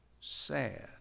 sad